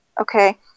okay